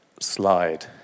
slide